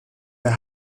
der